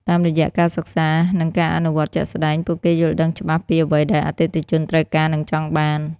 តាមរយៈការសិក្សា និងការអនុវត្តជាក់ស្តែង ពួកគេយល់ដឹងច្បាស់ពីអ្វីដែលអតិថិជនត្រូវការ និងចង់បាន។